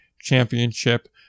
championship